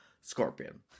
scorpion